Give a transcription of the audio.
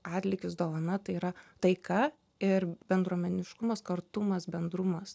atlygis dovana tai yra taika ir bendruomeniškumas kartumas bendrumas